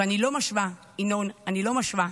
ואני לא משווה, ינון, אני לא משווה,